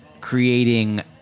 creating –